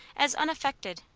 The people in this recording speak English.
as unaffected,